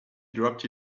dropped